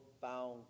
found